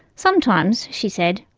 sometimes, she said,